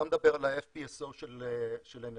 אתה מדבר על ה-FPSO של אנרג'יאן,